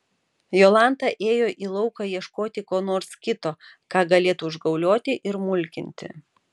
jolanta ėjo į lauką ieškoti ko nors kito ką galėtų užgaulioti ir mulkinti